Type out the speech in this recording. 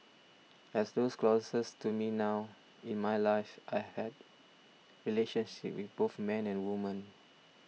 as those closest to me know in my lives I had relationships with both men and women